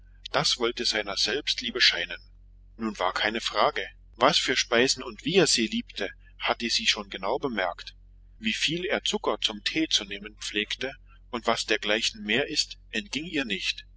das wollte seiner selbstliebe scheinen nun war keine frage was für speisen und wie er sie liebte hatte sie schon genau bemerkt wieviel er zucker zum tee zu nehmen pflegte und was dergleichen mehr ist entging ihr nicht